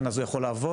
הוא יכול לעבוד?